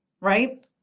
right